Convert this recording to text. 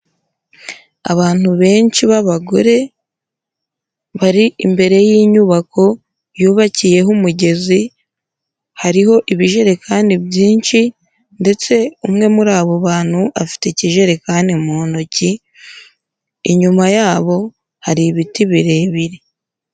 Abantu benshi b'abagore, bari imbere y'inyubako yubakiyeho umugezi, hariho ibijerekani byinshi ndetse umwe muri abo bantu afite ikijerekani mu ntoki, inyuma yabo hari ibiti birebire.